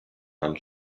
land